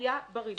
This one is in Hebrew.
עלייה בריבית.